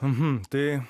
mhm tai